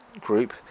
Group